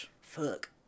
fuck